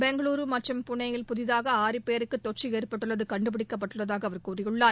பெங்களூரு மற்றும் புனேயில் புதிதாக ஆறு பேருக்கு தொற்று ஏற்பட்டுள்ளது கண்டுபிடிக்கப்பட்டுள்ளதாக அவர் கூறியுள்ளார்